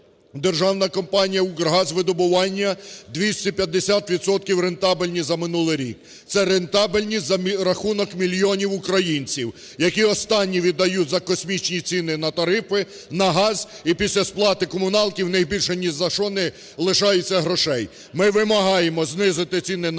Державна компанія "Укргазвидобування" – 250 відсотків рентабельність за минулий рік. Це рентабельність за рахунок мільйонів українців, які останнє віддають за космічні ціни на тарифи, на газ, і після сплати комуналки у них більше ні за що не лишається грошей. Ми вимагаємо знизити ціни на газ,